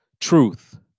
truth